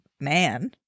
man